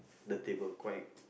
the table quack